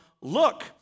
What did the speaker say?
look